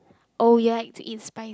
oh you like to eat spicy